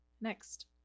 next